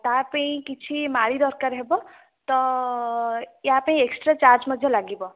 ତା ପାଇଁ କିଛି ମାଳି ଦରକାର ହେବ ତ ୟା ପାଇଁ ଏକ୍ସଟ୍ରା ଚାର୍ଜ ମଧ୍ୟ ଲାଗିବ